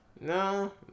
No